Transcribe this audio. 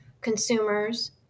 consumers